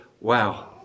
wow